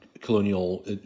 colonial